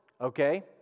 okay